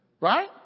Right